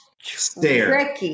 Stare